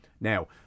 Now